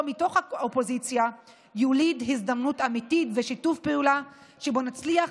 מתוך האופוזיציה יוליד הזדמנות אמיתית ושיתוף פעולה שבו נצליח,